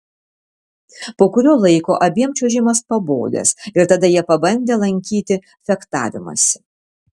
po kurio laiko abiem čiuožimas pabodęs ir tada jie pabandę lankyti fechtavimąsi